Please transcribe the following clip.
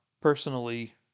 Personally